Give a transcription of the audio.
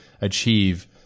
achieve